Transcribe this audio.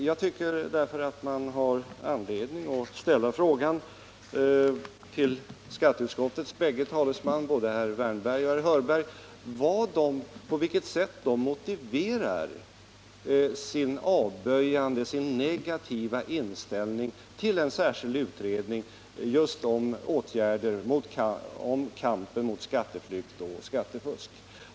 Jag tycker därför att man har anledning att fråga skatteutskottets bägge talesmän — herr Wärnberg och herr Hörberg — på vilket sätt de motiverar sin negativa inställning till en särskild utredning om åtgärder i kampen mot skatteflykt och skattefusk.